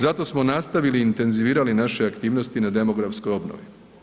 Zato smo nastavili i intenzivirali naše aktivnosti na demografskoj obnovi.